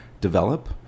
develop